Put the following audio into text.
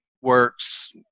works